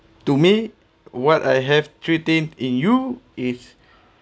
to me what I have three thing in you is